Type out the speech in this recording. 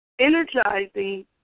energizing